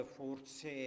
forse